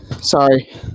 Sorry